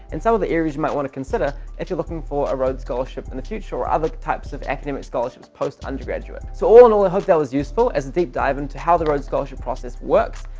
and some of the areas you might want to consider if you're looking for a rhodes scholarship in the future or other types of academic scholarships post-undergraduate. so all in all, i ah hope that was useful as a deep dive into how the rhodes scholarship process works.